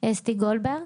אסתי גולדבלט.